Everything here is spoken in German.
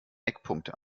eckpunkte